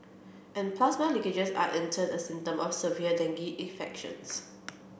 and plasma leakages are in turn a symptom of severe dengue infections